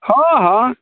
हँ हँ